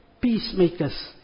Peacemakers